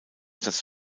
das